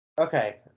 okay